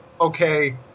okay